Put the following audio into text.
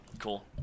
cool